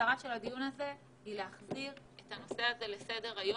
מטרת הדיון הזה היא להחזיר את הנושא הזה לסדר-היום,